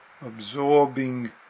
absorbing